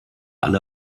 alle